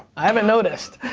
i haven't noticed.